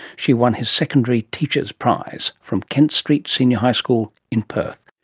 she won his secondary teachers prize from kent street senior high school in perth.